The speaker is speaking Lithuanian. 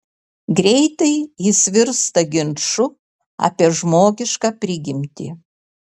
greitai jis virsta ginču apie žmogišką prigimtį